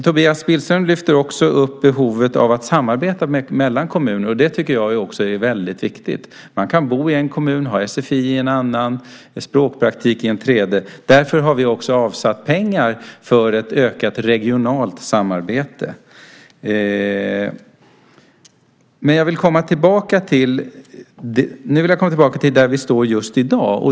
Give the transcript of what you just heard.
Tobias Billström lyfter också fram behovet av att samarbeta mellan kommuner. Det tycker jag också är väldigt viktigt. Man kan bo i en kommun, ha sfi i en annan och ha språkpraktik i en tredje. Därför har vi också avsatt pengar för ett ökat regionalt samarbete. Men jag vill komma tillbaka till den situation som vi har just i dag.